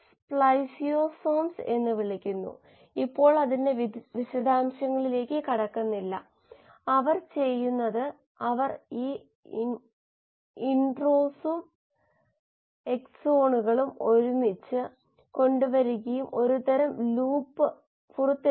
ഓക്സിജന്റെ അളവ് അലിഞ്ഞുചേർന്നത് k la ഒരു അളവെടുക്കൽ രീതി ചലനാത്മക പ്രതികരണ രീതി ഉൾപ്പെടെ